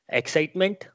excitement